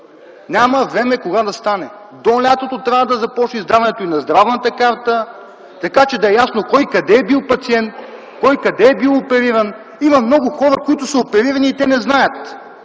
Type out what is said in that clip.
няма време кога да стане. До лятото трябва да стане издаването и на здравната карта, така че да е ясно кой къде е бил пациент, кой къде е бил опериран. Има много хора, които са оперирани и те не знаят.